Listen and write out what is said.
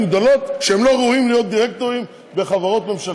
גדולות שהם לא ראויים להיות דירקטורים בחברות ממשלתיות.